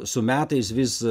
su metais vis